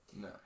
No